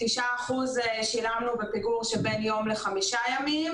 ל-9% שילמנו בפיגור של בין יום לחמישה ימים